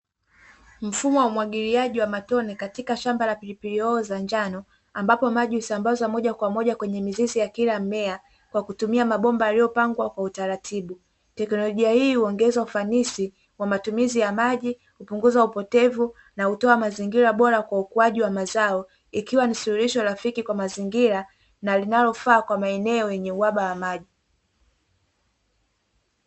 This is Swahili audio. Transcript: Mfumo wa umwagiliaji wa matone katika shamba pilipili hoho za njano, ambapo maji husambaza moja kwa moja kwenye mizizi ya kila mmea kwa kutumia mabomba aliyopangwa kwa utaratibu, teknolojia hii huongeza ufanisi wa matumizi ya maji kupunguza upotevu na kutoa mazingira bora kwa ukuaji wa mazao ikiwa ni suluhisho rafiki kwa mazingira na linalofaa kwa maeneo yenye uhaba wa maji.